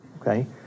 Okay